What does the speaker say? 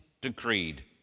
decreed